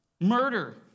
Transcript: Murder